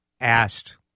asked